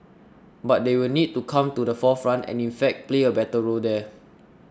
but they will need to come to the forefront and in fact play a better role there